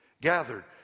gathered